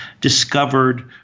Discovered